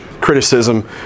criticism